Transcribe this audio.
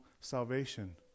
salvation